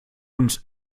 uns